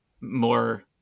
more